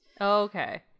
Okay